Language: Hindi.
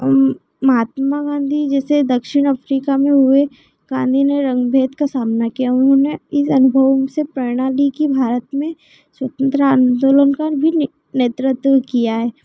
उन महात्मा गाँधी जैसे दक्षिण अफ्रीका में हुए गाँधी ने रंग भेद का सामना किया उन्होंने इस अनुभव से प्रेरणा ली कि भारत में स्वतंत्रता आन्दोलन का भी ने नेतृत्व किया है